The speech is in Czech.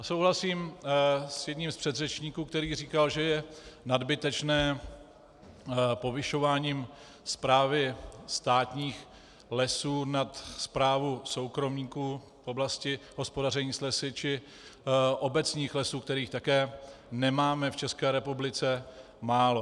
Souhlasím s jedním z předřečníků, který říkal, že je nadbytečné povyšování správy státních lesů nad správu soukromníků v oblasti hospodaření s lesy či obecních lesů, kterých také nemáme v České republice málo.